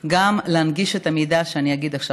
הוא גם להנגיש את המידע שאני אגיד עכשיו.